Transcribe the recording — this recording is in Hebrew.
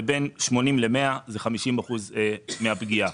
ובין 80% 100% זה 50% מהפגיעה.